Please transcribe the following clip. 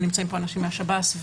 נמצאים פה אנשים מהשב"ס,